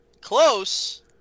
Close